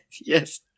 Yes